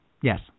Yes